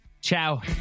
Ciao